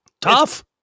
Tough